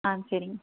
ஆ சேரிங்க